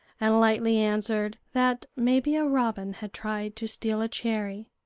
and lightly answered that maybe a robin had tried to steal a cherry.